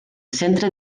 centre